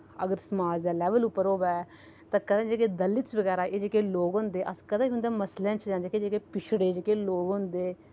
अगर समाज दे लैवल उप्पर होऐ तां जेह्के दलित बगैरा एह् जेह्के लोक होंदे अस कदें बी उंदे मसले च जां जेह्के जेह्के पिछड़े जेह्के लोक होंदे